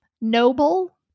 noble